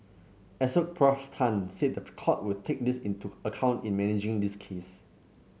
Assoc Prof Tan said the court will take this into account in managing this case